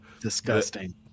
Disgusting